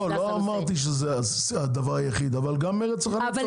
לא אמרתי שזה הדבר היחיד אבל גם מרד צרכנים אפשרי.